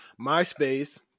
MySpace